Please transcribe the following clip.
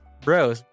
bro